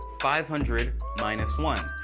five hundred minus one.